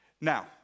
Now